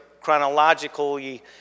chronologically